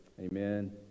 amen